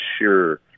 sure